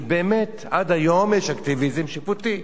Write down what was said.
באמת עד היום יש אקטיביזם שיפוטי,